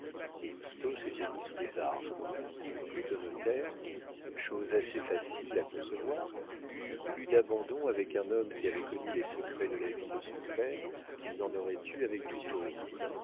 lousteau s'était mis sous les armes il plut au notaire qui chose assez facile à concevoir eut plus d'abandon avec un homme qui avait connu les secrets de la vie de son père qu'il n'en aurait eu avec tout autre